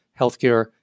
healthcare